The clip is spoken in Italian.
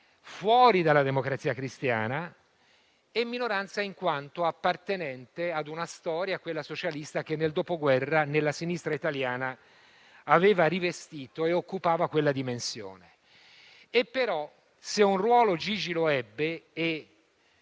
fuori dalla Democrazia Cristiana - e in quanto appartenente a una storia, quella socialista, che dal dopoguerra, nella sinistra italiana, aveva rivestito e occupava quella dimensione. Se, però, Gigi ebbe un ruolo (e lo ebbe